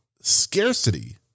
scarcity